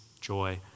joy